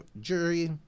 jury